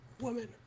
woman